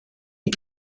les